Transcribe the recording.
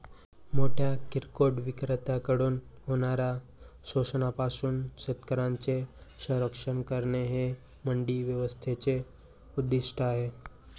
मोठ्या किरकोळ विक्रेत्यांकडून होणाऱ्या शोषणापासून शेतकऱ्यांचे संरक्षण करणे हे मंडी व्यवस्थेचे उद्दिष्ट आहे